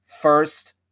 first